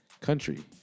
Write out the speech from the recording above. country